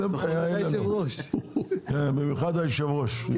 במיוחד היושב-ראש.